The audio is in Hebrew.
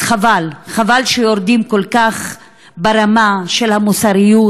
אז חבל, חבל שיורדים כל כך ברמה של המוסריות.